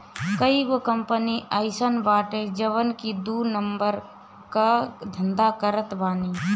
कईगो कंपनी अइसन बाड़ी जवन की दू नंबर कअ धंधा करत बानी